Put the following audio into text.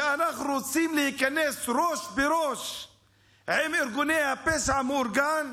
שאנחנו רוצים להיכנס ראש בראש עם ארגוני הפשע המאורגן?